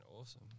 awesome